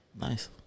nice